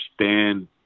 understand